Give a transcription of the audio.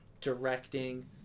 Directing